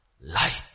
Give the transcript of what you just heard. light